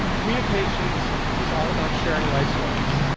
communications is all about sharing life's moments.